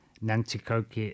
Nanticoke